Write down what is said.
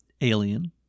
Alien